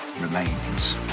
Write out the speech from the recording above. remains